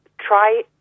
try